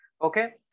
Okay